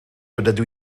ydw